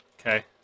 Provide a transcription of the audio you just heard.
Okay